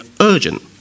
urgent